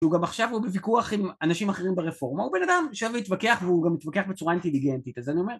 כי הוא גם עכשיו הוא בוויכוח עם אנשים אחרים ברפורמה, הוא בן אדם שאוהב להתווכח והוא גם מתווכח בצורה אינטיליגנטית, אז אני אומר